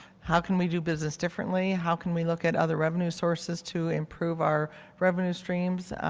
how can we do business differently, how can we look at other revenue sources to improve our revenue streams.